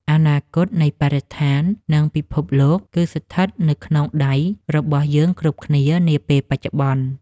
អនាគតនៃបរិស្ថាន និងពិភពលោកគឺស្ថិតនៅក្នុងដៃរបស់យើងគ្រប់គ្នានាពេលបច្ចុប្បន្ន។